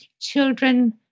children